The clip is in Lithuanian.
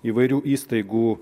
įvairių įstaigų